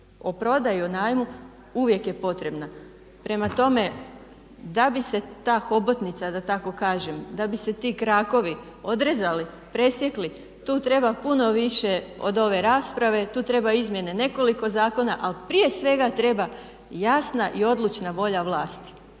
o prodaji, o najmu, uvijek je potrebna. Prema tome da bi se ta hobotnica da tako kažem, da bi se ti krakovi odrezali, presjekli, tu treba puno više od ove rasprave, tu treba izmjene nekoliko zakona ali prije svega treba jasna i odlučna volja vlasti.